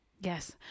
Yes